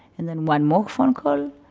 and then one more phone call,